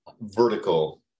vertical